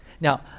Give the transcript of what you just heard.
Now